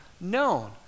known